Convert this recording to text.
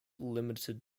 limited